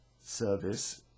service